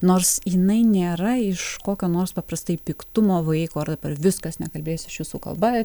nors jinai nėra iš kokio nors paprastai piktumo vaiko ar dabar viskas nekalbėsiu aš jūsų kalba